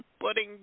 putting